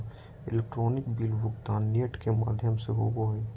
electronic bill भुगतान net के माघ्यम से होवो हइ